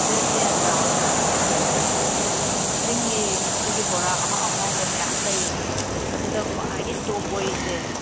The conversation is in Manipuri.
ꯗꯦꯠ ꯇꯦꯟꯗ ꯑꯣ ꯀꯛꯆꯤꯡꯒꯤ ꯑꯩꯈꯣꯏꯒꯤ ꯕꯣꯔꯥ ꯑꯍꯥꯎ ꯑꯍꯥꯎꯕ ꯃꯌꯥꯝ ꯂꯩꯔꯤꯁꯦ ꯑꯗꯨꯗ ꯈ꯭ꯋꯥꯏꯒꯤ ꯇꯣꯞ ꯑꯣꯏꯔꯤꯁꯦ